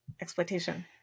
exploitation